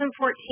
2014